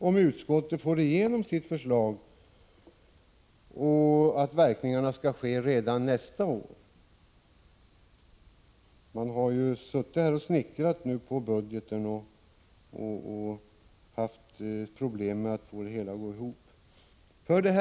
Om utskottet får igenom sitt förslag, blir det närmast som en överraskning för kommunerna — som har suttit och snickrat på budgeten och haft problem med att få det hela att gå ihop — att verkningarna skall visa sig redan nästa år.